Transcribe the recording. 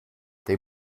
they